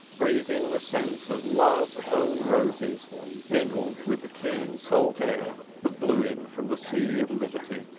breathing the scent of love's own roses mingled with the keen salt air that blew in from the sea of liberty.